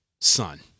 Son